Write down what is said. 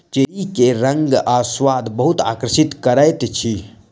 cherry के रंग आ स्वाद बहुत आकर्षित करैत अछि